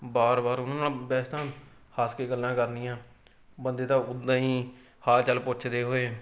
ਵਾਰ ਵਾਰ ਉਹਨਾਂ ਨਾਲ਼ ਵੈਸੇ ਤਾਂ ਹੱਸ ਕੇ ਗੱਲਾਂ ਕਰਨੀਆਂ ਬੰਦੇ ਦਾ ਉੱਦਾਂ ਹੀ ਹਾਲ ਚਾਲ ਪੁੱਛਦੇ ਹੋਏ